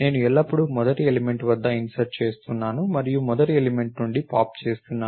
నేను ఎల్లప్పుడూ మొదటి ఎలిమెంట్ వద్ద ఇన్సర్ట్ చేస్తున్నాను మరియు మొదటి ఎలిమెంట్ నుండి పాప్ చేస్తున్నాను